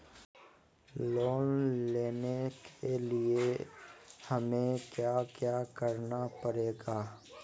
Loan लेने के लिए हमें क्या क्या करना पड़ेगा?